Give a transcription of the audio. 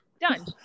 Done